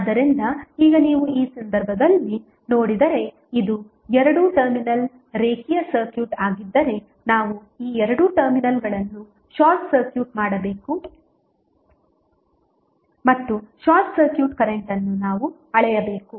ಆದ್ದರಿಂದ ಈಗ ನೀವು ಈ ಸಂದರ್ಭದಲ್ಲಿ ನೋಡಿದರೆ ಇದು ಎರಡು ಟರ್ಮಿನಲ್ ರೇಖೀಯ ಸರ್ಕ್ಯೂಟ್ ಆಗಿದ್ದರೆ ನಾವು ಈ ಎರಡು ಟರ್ಮಿನಲ್ಗಳನ್ನು ಶಾರ್ಟ್ ಸರ್ಕ್ಯೂಟ್ ಮಾಡಬೇಕು ಮತ್ತು ಶಾರ್ಟ್ ಸರ್ಕ್ಯೂಟ್ ಕರೆಂಟ್ ಅನ್ನು ನಾವು ಅಳೆಯಬೇಕು